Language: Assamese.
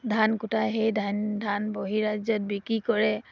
ধান কুটাই সেই ধন ধান বহি ৰাজ্যত বিক্ৰী কৰে